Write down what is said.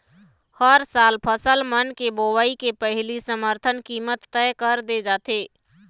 हर साल फसल मन के बोवई के पहिली समरथन कीमत तय कर दे जाथे